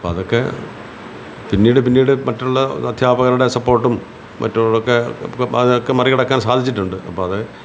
അപ്പോൾ അതൊക്കെ പിന്നീട് പിന്നീട് മറ്റുള്ള അധ്യാപകരുടെ സപ്പോർട്ടും മറ്റുള്ളതൊക്കെ അതൊക്കെ മറികടക്കാൻ സാധിച്ചിട്ടുണ്ട് അപ്പോൾ അത്